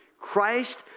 Christ